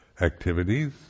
activities